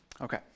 Okay